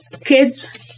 kids